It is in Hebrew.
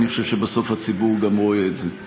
הציבור רואה את זה.